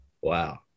wow